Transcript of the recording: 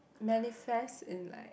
manifest in like